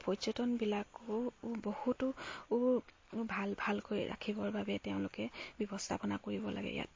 পৰ্যটনবিলাকো বহুতো ভাল ভালকৈ ৰাখিবৰ বাবে তেওঁলোকে ব্যৱস্থাপনা কৰিব লাগে ইয়াত